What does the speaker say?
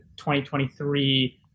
2023